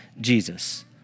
Jesus